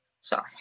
Sorry